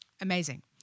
amazing